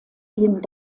denen